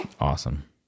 Awesome